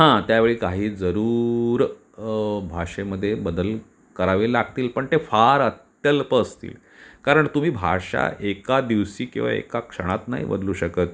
हां त्यावेळी काही जरूर भाषेमध्ये बदल करावे लागतील पण ते फार अत्यल्प असतील कारण तुम्ही भाषा एका दिवशी किंवा एका क्षणात नाही बदलू शकत